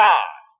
God